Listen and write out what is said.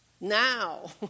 Now